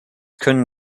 können